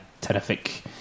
terrific